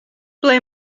ble